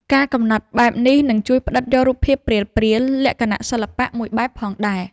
ការកំណត់បែបនេះនឹងជួយផ្តិតយករូបភាពព្រាលៗ លក្ខណៈសិល្បៈ មួយបែបផងដែរ។